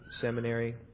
seminary